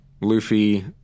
Luffy